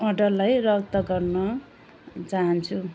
अर्डरलाई रद्द गर्न चाहन्छु